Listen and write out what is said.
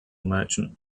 merchant